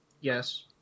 Yes